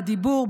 בדיבור,